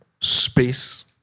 space